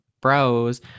bros